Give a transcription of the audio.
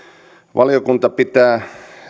valiokunta pitää